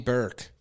Burke